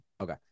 Okay